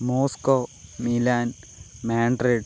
Moscow Milan Madrid